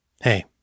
Hey